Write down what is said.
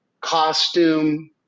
costume